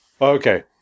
Okay